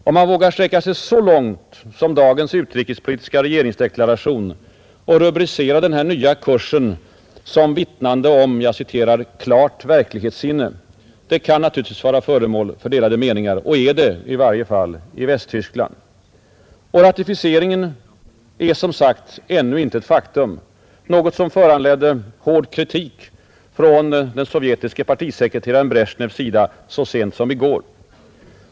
Om man vågar sträcka sig så långt som dagens utrikespolitiska regeringsdeklaration och rubricera den här nya kursen som vittnande om ”klart verklighetssinne”, kan naturligtvis vara föremål för delade meningar och är det i varje fall i Västtyskland. Ratificeringen är som sagt ännu inte ett faktum, något som föranledde hård kritik från den sovjetiske partisekreteraren Brezjnevs sida så sent som i går.